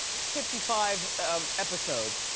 fifty five ah episodes,